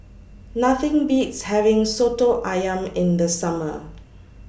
Nothing Beats having Soto Ayam in The Summer